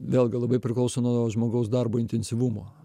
vėlgi labai priklauso nuo žmogaus darbo intensyvumo